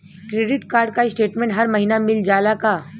Credit card क statement हर महिना मिल जाला का?